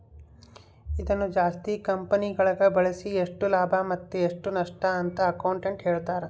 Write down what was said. ಇದನ್ನು ಜಾಸ್ತಿ ಕಂಪೆನಿಗಳಗ ಬಳಸಿ ಎಷ್ಟು ಲಾಭ ಮತ್ತೆ ಎಷ್ಟು ನಷ್ಟಅಂತ ಅಕೌಂಟೆಟ್ಟ್ ಹೇಳ್ತಾರ